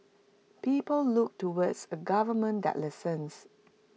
people look towards A government that listens